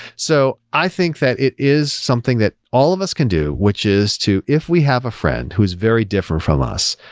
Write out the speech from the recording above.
so i think that it is something that all of us can do which is to, if we have a friend who is very different from us,